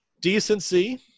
decency